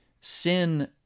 Sin